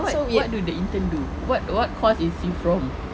what what do the intern do what what course is he from